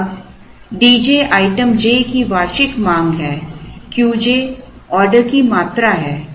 अब D j item j की वार्षिक मांग है Q j ऑर्डर की मात्रा है